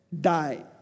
die